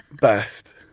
best